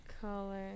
Color